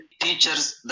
Teachers